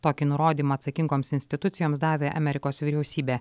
tokį nurodymą atsakingoms institucijoms davė amerikos vyriausybė